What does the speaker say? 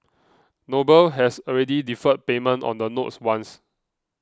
noble has already deferred payment on the notes once